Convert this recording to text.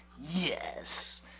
yes